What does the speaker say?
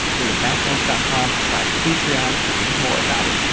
go to macmost dot com slash patreon to read more about it.